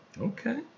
Okay